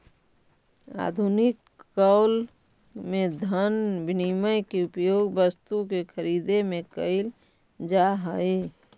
आधुनिक काल में धन विनिमय के उपयोग वस्तु के खरीदे में कईल जा हई